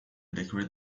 decorate